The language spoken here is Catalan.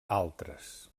altres